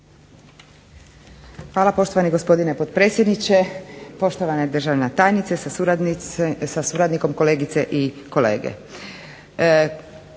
Hvala poštovani gospodine potpredsjedniče, poštovana državna tajnice sa suradnikom, kolegice i kolege.